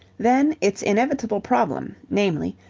then its inevitable problem, namely,